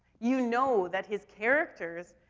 you know that his characters,